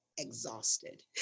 exhausted